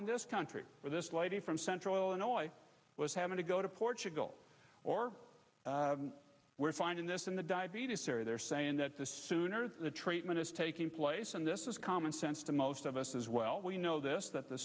in this country with this lady from central illinois was having to go to portugal or we're finding this in the diabetes area they're saying that the sooner the treatment is taking place and this is common sense to most of us as well we know this that the